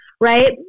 right